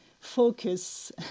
focus